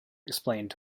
explained